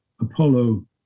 Apollo